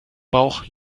bauch